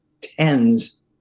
tens